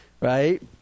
right